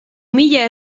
mila